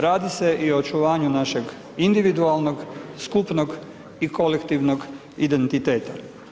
Radi se i o očuvanju našeg individualnog, skupnog i kolektivnog identiteta.